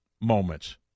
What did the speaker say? moments